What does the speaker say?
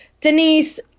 Denise